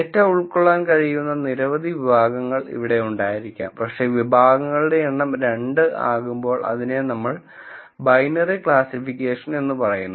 data ഉൾക്കൊള്ളാൻ കഴിയുന്ന നിരവധി വിഭാഗങ്ങൾ ഇവിടെ ഉണ്ടായിരിക്കാം പക്ഷേ വിഭാഗങ്ങളുടെ എണ്ണം 2 ആകുമ്പോൾ അതിനെ നമ്മൾ ബൈനറി ക്ലാസ്സിഫിക്കേഷൻ എന്ന് പറയുന്നു